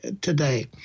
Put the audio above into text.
today